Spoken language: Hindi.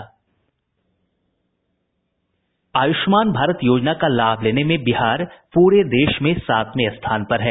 आयुष्मान भारत योजना का लाभ लेने में बिहार पूरे देश में सातवें स्थान पर है